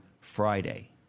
Friday